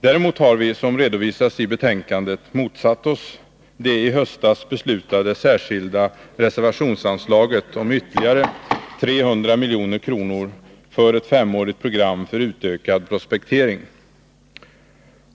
Däremot har vi, som redovisas i betänkandet, motsatt oss det i höstas beslutade särskilda reservationsanslaget om ytterligare 300 milj.kr. för ett femårigt program för utökad prospektering.